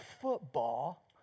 football